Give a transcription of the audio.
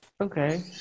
Okay